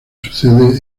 sucede